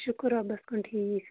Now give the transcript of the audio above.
شُکُر رۄبَس کُن ٹھیٖک